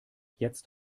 jetzt